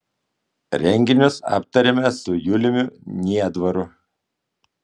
renginius aptarėme su juliumi niedvaru